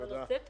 הצבנו